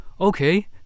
Okay